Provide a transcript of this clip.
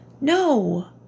No